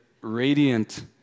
radiant